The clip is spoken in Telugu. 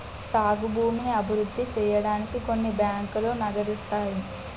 సాగు భూమిని అభివృద్ధి సేయడానికి కొన్ని బ్యాంకులు నగదిత్తాయి